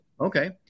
Okay